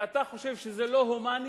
ואתה חושב שזה לא הומני,